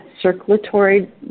circulatory